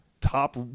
top